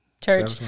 Church